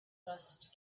dust